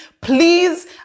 Please